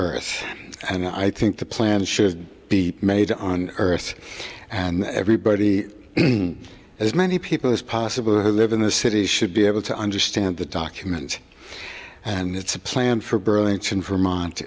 earth and i think the plan should be made on earth and everybody as many people as possible who live in the city should be able to understand the document and it's a plan for burlington vermont